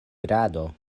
grado